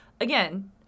again